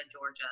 Georgia